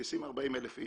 מטיסים 40,000 אלף איש.